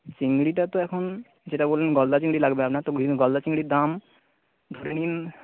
চিংড়িটা তো এখন যেটা বললেন গলদা চিংড়ি লাগবে আপনার তো গলদা চিংড়ির দাম ধরে নিন